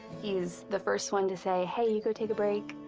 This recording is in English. he's the first one to say, hey, you go take a break.